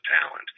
talent